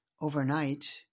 overnight